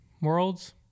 Worlds